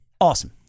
awesome